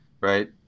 right